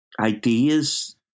ideas